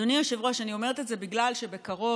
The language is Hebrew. אדוני היושב-ראש, אני אומרת את זה בגלל שבקרוב